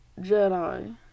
Jedi